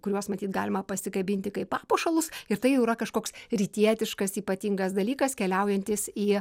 kuriuos matyt galima pasikabinti kaip papuošalus ir tai jau yra kažkoks rytietiškas ypatingas dalykas keliaujantys į